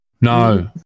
No